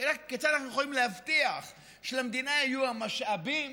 כיצד אנחנו יכולים להבטיח שלמדינה יהיו המשאבים